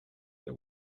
they